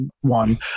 one